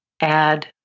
add